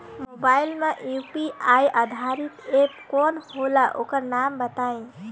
Mobile म UPI आधारित app कौन होला ओकर नाम बताईं?